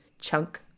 chunk